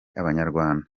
abanyarwanda